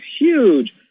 huge